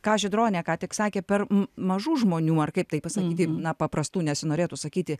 ką žydronė ką tik sakė per mažų žmonių ar kaip tai pasakyti na paprastų nesinorėtų sakyti